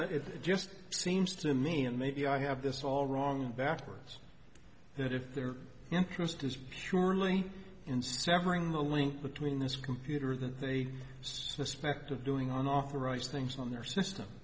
it just seems to me and maybe i have this all wrong backwards that if their interest is surely in several in the link between this computer that they suspect of doing on authorized things on their system